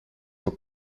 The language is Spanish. fue